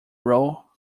role